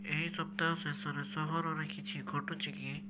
ଏହି ସପ୍ତାହ ଶେଷରେ ସହରରେ କିଛି ଘଟୁଛି କି